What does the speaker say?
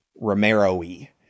Romero-y